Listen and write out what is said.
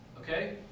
Okay